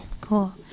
cool